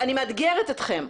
אני מאתגרת אתכם,